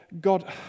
God